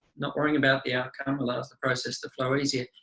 not worrying about the outcome allows the process to flow easier.